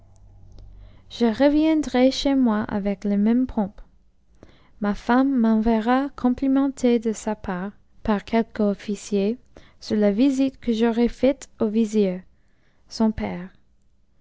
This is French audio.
je reviendrai chez moi avec la même pompe ma femme m'enverra comp imcnter de sa part par quelque otticier sur la visite que j'aurai faite au vizir son père